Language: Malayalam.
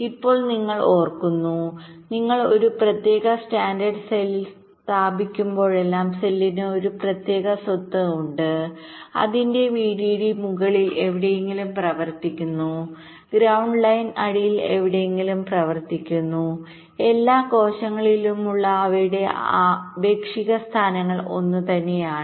ഇപ്പോൾ നിങ്ങൾ ഓർക്കുന്നു നിങ്ങൾ ഒരു പ്രത്യേക സ്റ്റാൻഡേർഡ് സെല്ലിൽസ്ഥാപിക്കുമ്പോഴെല്ലാം സെല്ലിന് ഒരു പ്രത്യേക സ്വത്ത് ഉണ്ട് അതിന്റെ വിഡിഡി മുകളിൽ എവിടെയെങ്കിലും പ്രവർത്തിക്കുന്നു ഗ്രൌണ്ട് ലൈൻ അടിയിൽ എവിടെയെങ്കിലും പ്രവർത്തിക്കുന്നു എല്ലാ കോശങ്ങളിലുമുള്ള അവയുടെ ആപേക്ഷിക സ്ഥാനങ്ങൾ ഒന്നുതന്നെയാണ്